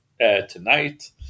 tonight